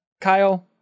Kyle